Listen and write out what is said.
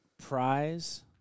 prize